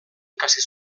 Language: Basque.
ikasi